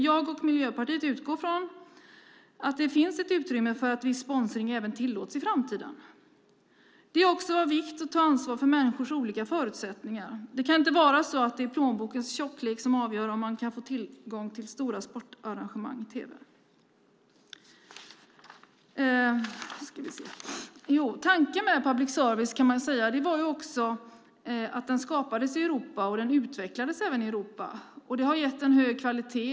Jag och Miljöpartiet utgår från att det finns ett utrymme för att även viss sponsring tillåts i framtiden. Det är också av vikt att ta ansvar för människors olika förutsättningar. Det kan inte vara så att det är plånbokens tjocklek som avgör om man kan få tillgång till stora sportarrangemang i tv. Public service kan man säga skapades i Europa och den utvecklades även i Europa. Det har gett en hög kvalitet.